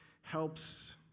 helps